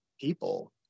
people